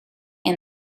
and